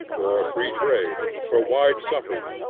for free-trade, for wide suffrage,